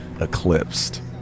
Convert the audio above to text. eclipsed